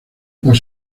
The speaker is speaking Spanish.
los